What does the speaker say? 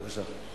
בבקשה.